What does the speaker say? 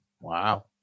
Wow